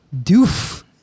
doof